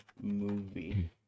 movie